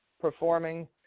performing